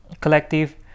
collective